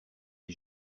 les